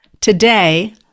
Today